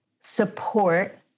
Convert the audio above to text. support